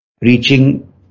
reaching